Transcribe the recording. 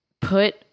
put